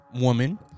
woman